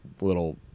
little –